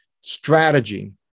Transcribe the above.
strategy